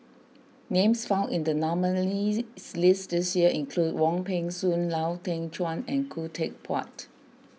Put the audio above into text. names found in the nominees' list this year include Wong Peng Soon Lau Teng Chuan and Khoo Teck Puat